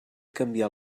canviar